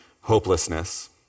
hopelessness